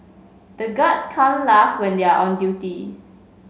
the guards can't laugh when they are on duty